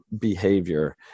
behavior